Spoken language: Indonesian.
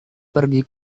pergi